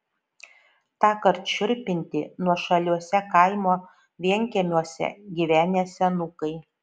tąkart šiurpinti nuošaliuose kaimo vienkiemiuose gyvenę senukai